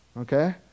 okay